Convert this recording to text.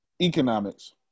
Economics